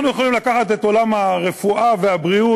אנחנו יכולים לקחת את עולם הרפואה והבריאות,